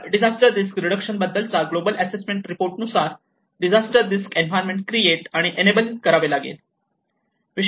तर disaster risk reduction बद्दलचा global assessment report नुसार डिझास्टर रिस्क एन्व्हायरमेंट क्रिएट आणि इनेबल करावे लागेल